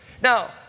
Now